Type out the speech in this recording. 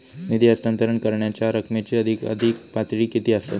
निधी हस्तांतरण करण्यांच्या रकमेची अधिकाधिक पातळी किती असात?